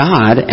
God